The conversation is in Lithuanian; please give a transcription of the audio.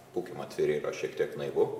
būkim atviri šiek tiek naivu